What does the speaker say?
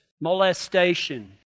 molestation